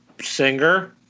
singer